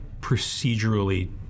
procedurally